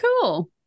cool